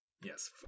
yes